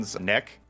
neck